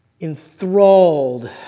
enthralled